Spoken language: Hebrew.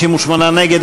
58 נגד,